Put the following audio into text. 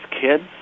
kids